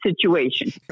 situation